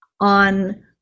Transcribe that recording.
on